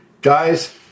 guys